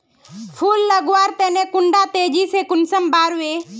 फुल लगवार तने कुंडा तेजी से कुंसम बार वे?